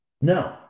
No